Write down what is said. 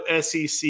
SEC